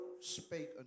spake